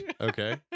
Okay